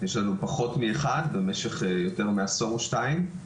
יש לנו פחות מאחד במשך יותר מעשור או שניים,